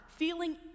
feeling